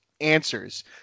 answers